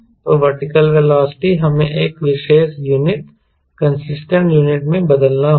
तो vertical velocity हमें एक विशेष यूनिट कंसिस्टेंट यूनिट में बदलना होगा